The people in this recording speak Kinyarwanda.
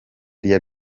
rya